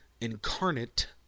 Incarnate